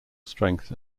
strength